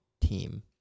team